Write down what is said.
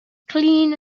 clean